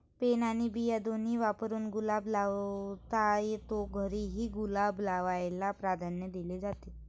pen आणि बिया दोन्ही वापरून गुलाब लावता येतो, घरीही गुलाब लावायला प्राधान्य दिले जाते